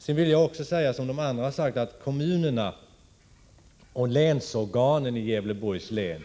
Sedan vill jag också säga att, som många andra sagt, kommunerna och länsorganen i Gävleborgs län